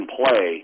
play